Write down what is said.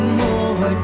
more